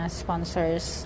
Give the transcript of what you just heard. sponsors